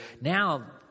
now